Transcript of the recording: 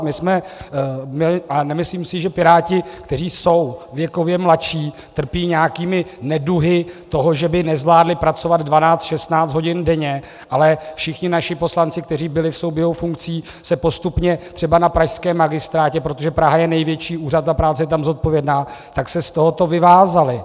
My jsme měli a nemyslím si, že piráti, kteří jsou věkově mladší, trpí nějakými neduhy toho, že by nezvládli pracovat 1216 hodin denně, ale všichni naši poslanci, kteří byli v souběhu funkcí, se postupně třeba na pražském magistrátě, protože Praha je největší úřad a práce je tam zodpovědná tak se z tohoto vyvázali.